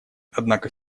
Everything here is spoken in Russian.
однако